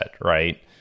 right